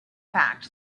fact